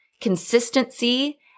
consistency